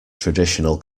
traditional